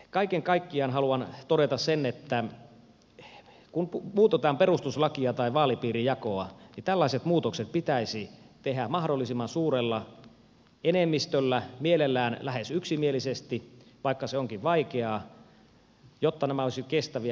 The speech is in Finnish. kaiken kaikkiaan haluan todeta sen että kun muutetaan perustuslakia tai vaalipiirijakoa niin tällaiset muutokset pitäisi tehdä mahdollisimman suurella enemmistöllä mielellään lähes yksimielisesti vaikka se onkin vaikeaa jotta nämä muutokset olisivat kestäviä